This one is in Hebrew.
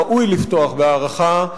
ראוי לפתוח בהערכה,